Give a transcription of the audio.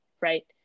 right